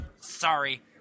Sorry